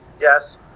Yes